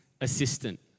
assistant